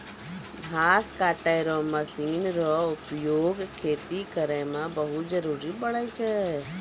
घास कटै रो मशीन रो उपयोग खेती करै मे बहुत जरुरी पड़ै छै